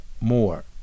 more